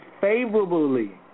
favorably